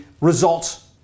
results